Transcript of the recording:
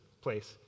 place